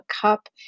cup